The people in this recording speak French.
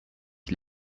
qui